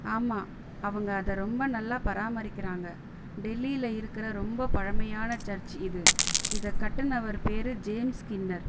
ஆமாம் அவங்க அதை ரொம்ப நல்லா பராமரிக்கிறாங்க டெல்லியில் இருக்கிற ரொம்ப பழமையான சர்ச்சி இது இதை கட்டினவர் பேர் ஜேம்ஸ் ஸ்கின்னர்